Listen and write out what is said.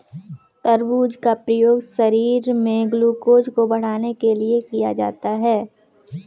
तरबूज का प्रयोग शरीर में ग्लूकोज़ को बढ़ाने के लिए किया जाता है